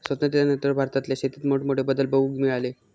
स्वातंत्र्यानंतर भारतातल्या शेतीत मोठमोठे बदल बघूक मिळाले